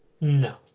No